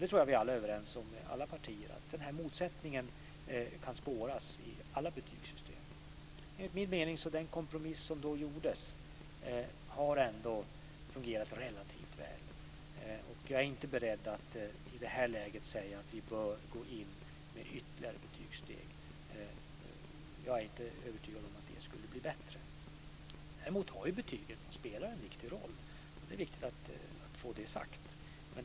Jag tror att vi i alla partier är överens om att denna motsättning kan spåras i alla betygssystem. Enligt min mening har den kompromiss som vi då kom fram till fungerat relativt väl. Jag är inte beredd att i det här läget säga att vi bör gå in med ytterligare betygssteg. Jag är inte övertygad om att det skulle bli bättre. Det är ändå viktigt att få sagt att betygen spelar en viktig roll.